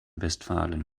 westfalen